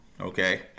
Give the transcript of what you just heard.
okay